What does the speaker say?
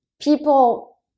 people